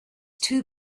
too